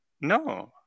No